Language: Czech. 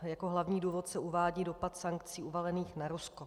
Jako hlavní důvod se uvádí dopad sankcí uvalených na Rusko.